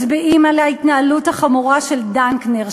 מצביעים על ההתנהלות החמורה של דנקנר,